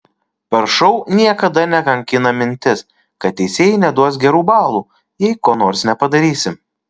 per šou niekada nekankina mintis kad teisėjai neduos gerų balų jei ko nors nepadarysi